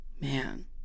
Man